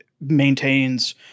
maintains